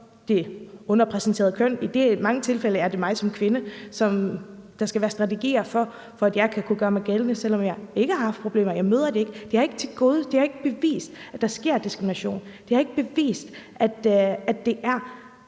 det underrepræsenterede køn. I mange tilfælde er det mig som kvinde, der skal være strategier for, for at jeg kan gøre mig gældende, selv om jeg ikke har haft problemer og jeg ikke møder det. De har ikke bevist, at der sker diskrimination. De har ikke bevist, at det er